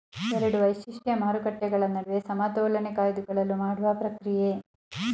ಎರಡು ವೈಶಿಷ್ಟ್ಯ ಮಾರುಕಟ್ಟೆಗಳ ನಡುವೆ ಸಮತೋಲನೆ ಕಾಯ್ದುಕೊಳ್ಳಲು ಮಾಡುವ ಪ್ರಕ್ರಿಯೆ